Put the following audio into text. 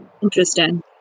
Interesting